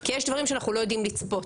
כי יש דברים שאנחנו לא יודעים לצפות.